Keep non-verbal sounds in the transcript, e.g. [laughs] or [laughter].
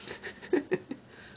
[laughs]